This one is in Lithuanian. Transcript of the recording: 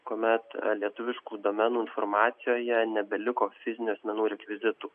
kuomet lietuviškų duomenų informacijoje nebeliko fizinių asmenų rekvizitų